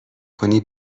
کنی